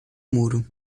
muro